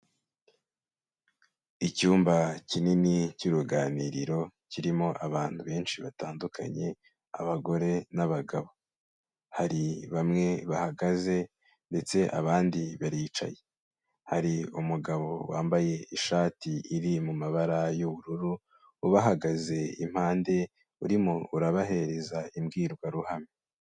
Icyumba kinini cy'uruganiriro kirimo abantu benshi batandukanye, abagore n'abagabo, hari bamwe bahagaze ndetse abandi baricaye, hari umugabo wambaye ishati iri mu mabara y'ubururu ubahagaze impande urimo urabahereza imbwirwaruhame.